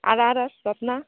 আর আর আর রত্না